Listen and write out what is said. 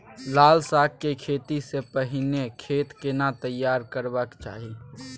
लाल साग के खेती स पहिले खेत केना तैयार करबा के चाही?